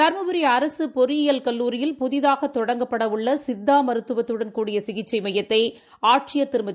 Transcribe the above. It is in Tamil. தருமபுரிஅரசுபொறியியல் கல்லூரியில் புதிதாகதொடங்கப்படஉள்ளசித்தாமருத்துவத்தடன் கூடிய சிகிச்சைமையத்தைஆட்சியா் திருமதி